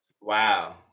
Wow